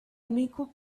unequal